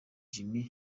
jim